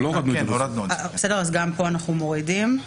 גם פה אנחנו מורידים.